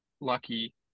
Lucky